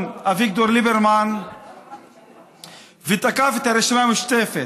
אביגדור ליברמן ותקף את הרשימה המשותפת.